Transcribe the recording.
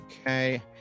Okay